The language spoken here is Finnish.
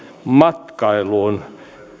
matkailuun